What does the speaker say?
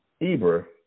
Eber